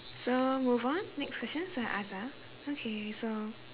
so move on next question so I ask ah okay so